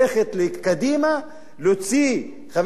להוציא חבר כנסת מתוך קדימה,